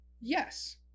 yes